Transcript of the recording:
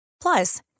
Plus